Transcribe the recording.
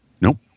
Nope